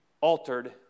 altered